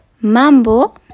Mambo